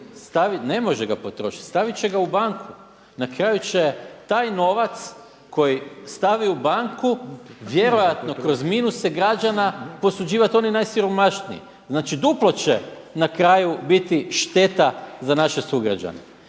Ne može ga potrošiti, stavit će ga u banku, na kraju će taj novac koji stavi u banku vjerojatno kroz minuse građana posuđivati oni najsiromašniji. Znači duplo će na kraju biti šteta za naše sugrađane.